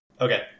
Okay